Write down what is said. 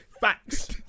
facts